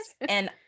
and-